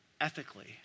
ethically